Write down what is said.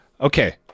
Okay